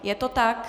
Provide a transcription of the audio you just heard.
Je to tak?